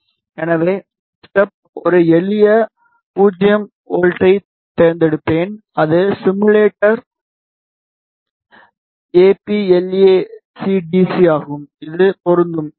எனவே ஸ்டெப்க்கு ஒரு எளிய 0 வோல்ட்டைத் தேர்ந்தெடுப்போம் அது சிமுலேட்டர் எ பி லேக் டி சி ஆகும் அது பொருந்தும் சரி